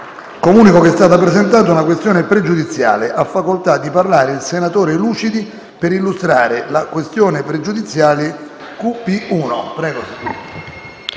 Comunico che è stata presentata una questione pregiudiziale. Ha chiesto di intervenire il senatore Lucidi per illustrare la questione pregiudiziale QP1. Ne